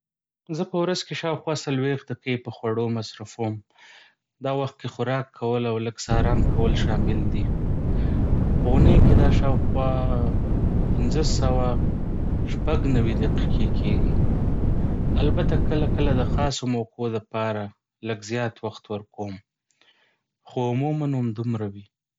زه په ورځ کې شاوخوا څلویښت دقیقې په خواړو مصرفوم. دا وخت کې خوراک کول او لږ څه ارام کول شامل دي. په اونۍ کې دا شاوخوا پنځه سوه شپږ نوي دقیقې کېږي. البته، کله کله د خاصو موقعو لپاره لږ زیات وخت ورکوم، خو عموماً همدومره وي.